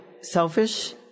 selfish